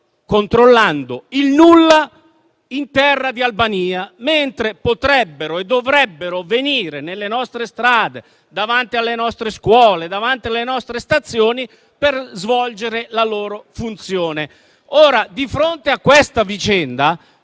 controllando il nulla in terra di Albania, mentre potrebbero e dovrebbero venire nelle nostre strade, davanti alle nostre scuole, davanti alle nostre stazioni, per svolgere la loro funzione. Di fronte a questa vicenda,